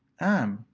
am,